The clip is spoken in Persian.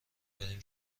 بریم